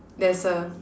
there's a